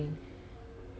என்னது:ennathu